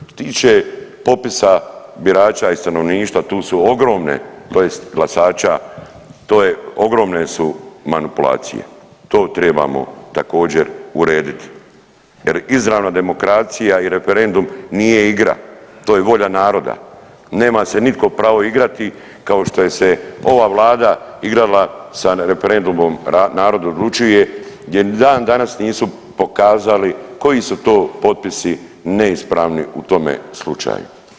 Što se tiče popisa birača i stanovništva tu su ogromne tj. glasača, to je ogromne su manipulacije, to trebamo također urediti jer izravna demokracija i referendum nije igra, to je volja naroda, nema se nitko pravo igrati kao što je se ova vlada igrala sa referendumom „Narod odlučuje“ gdje ni dan danas nisu pokazali koji su to potpisi neispravni u tome slučaju.